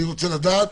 אני רוצה לדעת